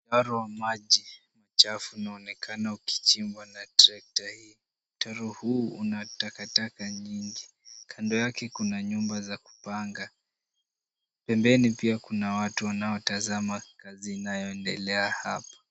Mtaro wa maji chafu unaonekana ukichimbwa na trekta hii. Mtaro huu una takataka nyingi. Kando yake kuna nyumba za kupanga. Pembeni pia kuna watu wanaotazama kazi inayoendelea hapa.